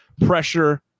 pressure